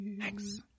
Thanks